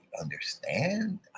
understand